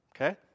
Okay